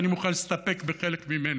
כי אני מוכן להסתפק בחלק ממנה.